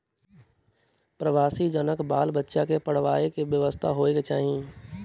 प्रवासी जनक बाल बच्चा के पढ़बाक व्यवस्था होयबाक चाही